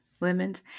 lemons